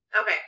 Okay